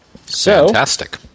Fantastic